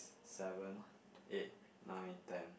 seven eight nine ten